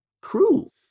cruel